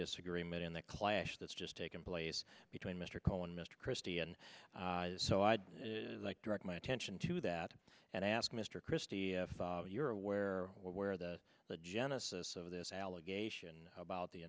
disagreement in the clash that's just taken place between mr cohen mr christie and so i'd like direct my attention to that and ask mr christie if you're aware where the the genesis of this allegation about the